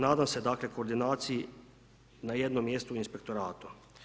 Nadam se dakle, koordinaciji na jednom mjestu inspektorata.